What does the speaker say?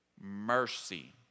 mercy